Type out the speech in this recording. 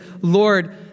Lord